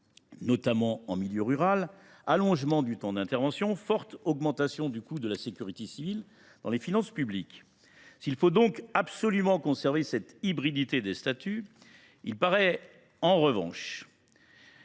notamment en milieu rural, de l’allongement du temps d’intervention ou bien encore de la forte augmentation du coût de la sécurité civile dans les finances publiques. S’il faut absolument conserver l’hybridité des statuts, il paraît en revanche